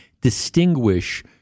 distinguish